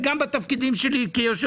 יכול להיות שבתהליך כזה נוכל גם לשפר